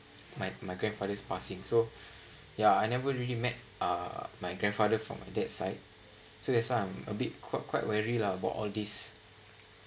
my my grandfather's passing so ya I never really met uh my grandfather from my dad side so that's why I'm a bit quite quite wary lah about all this